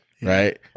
Right